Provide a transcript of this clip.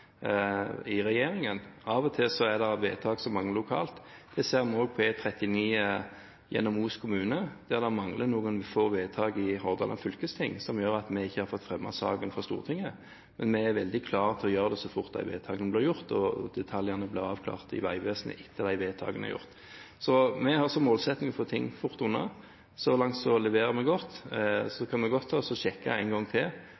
i regjeringen. Av og til er det vedtak som mangler lokalt. Det ser vi også på E39 gjennom Os kommune, der det mangler noen få vedtak i Hordaland fylkesting som gjør at vi ikke har fått fremmet saken for Stortinget. Men vi er veldig klare til å gjøre det så fort de vedtakene blir gjort, og detaljene blir avklart i Vegvesenet etter at vedtakene er gjort. Vi har som målsetting å få ting fort unna, og så langt leverer vi godt. Så kan vi godt sjekke én gang til